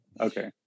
Okay